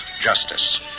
justice